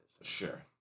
sure